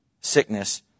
sickness